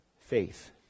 faith